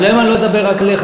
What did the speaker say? אבל היום אני לא אדבר רק עליך,